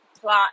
plot